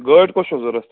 گٲڑۍ کۄس چھَو ضوٚرَتھ